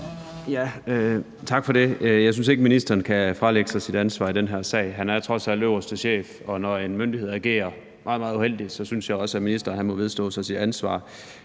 Tak for det. Jeg synes ikke, at ministeren kan fralægge sig sit ansvar i den her sag. Han er trods alt den øverste chef, og når en myndighed agerer meget, meget uheldigt, synes jeg også, at ministeren må vedstå sig sit ansvar.